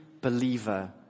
believer